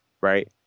Right